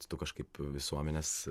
tu kažkaip visuomenės